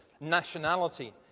nationality